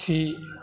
अथी